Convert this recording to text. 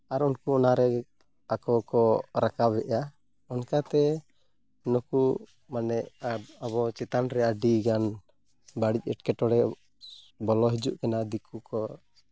ᱟᱨ ᱩᱱᱠᱩ ᱚᱱᱟᱨᱮ ᱟᱠᱚ ᱠᱚ ᱨᱟᱠᱟᱵᱮᱜᱼᱟ ᱚᱱᱟᱛᱮ ᱱᱩᱠᱩ ᱢᱟᱱᱮ ᱟᱨ ᱟᱵᱚ ᱪᱮᱛᱟᱱ ᱨᱮ ᱟᱹᱰᱤᱜᱟᱱ ᱵᱟᱹᱲᱤᱡ ᱮᱸᱴᱠᱮᱴᱚᱬᱮ ᱵᱚᱞᱚ ᱦᱤᱡᱩᱜ ᱠᱟᱱᱟ ᱫᱤᱠᱩ ᱠᱚ